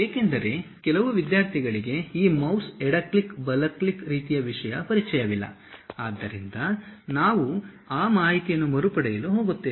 ಏಕೆಂದರೆ ಕೆಲವು ವಿದ್ಯಾರ್ಥಿಗಳಿಗೆ ಈ ಮೌಸ್ ಎಡ ಕ್ಲಿಕ್ ಬಲ ಕ್ಲಿಕ್ ರೀತಿಯ ವಿಷಯ ಪರಿಚಯವಿಲ್ಲ ಆದ್ದರಿಂದ ನಾವು ಆ ಮಾಹಿತಿಯನ್ನು ಮರುಪಡೆಯಲು ಹೋಗುತ್ತೇವೆ